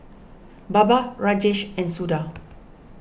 Baba Rajesh and Suda